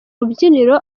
rubyiniro